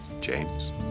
James